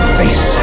face